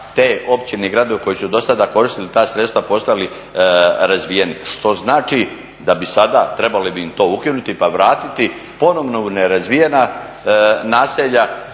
te općine i gradovi koji su do sada koristili ta sredstva postali razvijeni, što znači da bi sada trebalo bi im to ukinuti pa vratiti ponovo u nerazvijena nasilja